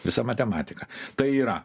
visa matematika tai yra